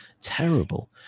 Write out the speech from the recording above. Terrible